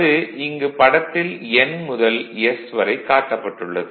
அது இங்கு படத்தில் N முதல் S வரை காட்டப்பட்டுள்ளது